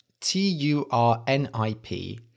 T-U-R-N-I-P